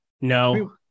No